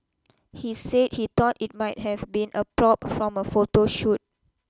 he said he thought it might have been a prop from a photo shoot